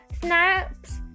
snaps